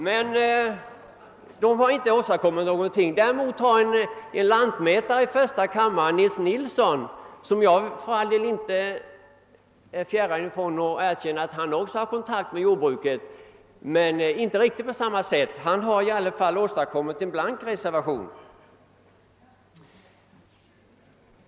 Men de har inte åstadkommit någonting. Däremot har en lantmätare i första kammaren, herr Nils Nilsson — jag är för all del inte fjärran från alt erkänna att även han har kontakt med jordbruket, dock inte riktigt på samma sätt — i alla fall åstadkommit en blank reservation.